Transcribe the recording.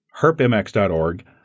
herpmx.org